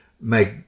make